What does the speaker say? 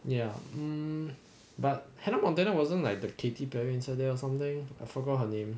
ya um but hannah montana wasn't like the katy perry inside there or something I forgot her name